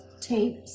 tapes